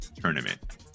tournament